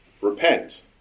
Repent